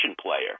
player